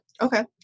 Okay